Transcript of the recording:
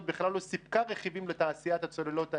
בכלל לא סיפקה רכיבים לתעשיית הצוללות הזאת,